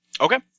Okay